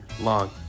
long